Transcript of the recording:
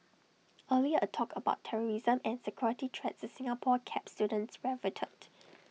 earlier A talk about terrorism and security threats to Singapore kept students riveted